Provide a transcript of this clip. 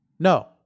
No